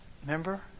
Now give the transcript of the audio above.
Remember